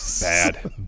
bad